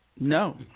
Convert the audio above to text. No